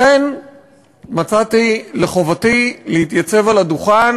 לכן מצאתי לחובתי להתייצב על הדוכן